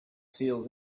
seals